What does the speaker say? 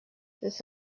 this